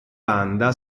banda